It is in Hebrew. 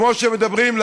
כמו שמדברים,